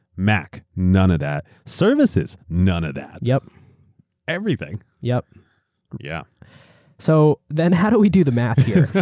mac, none of that. services, none of that. yeah everything. yeah yeah so then how do we do the math here?